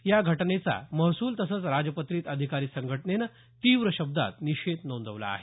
या घटनेचा महसूल तसंच राजपत्रित अधिकारी संघटनेनं तीव्र शब्दात निषेध नोंदवला आहे